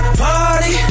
party